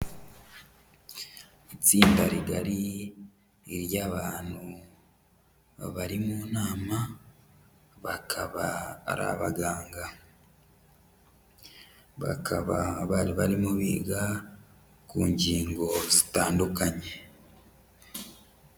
Itsinda rigari ry'abantu babari mu nama bakaba ari abaganga, bakaba bari barimo biga ku ngingo zitandukanye.